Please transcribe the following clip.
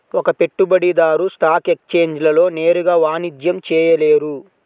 ఒక పెట్టుబడిదారు స్టాక్ ఎక్స్ఛేంజ్లలో నేరుగా వాణిజ్యం చేయలేరు